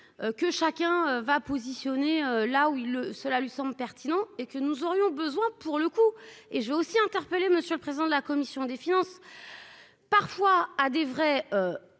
que chacun va positionner là où il le seul à 800 pertinent et que nous aurions besoin, pour le coup, et j'ai aussi interpeller monsieur le président de la commission des finances. Parfois à des vraies